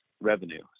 revenue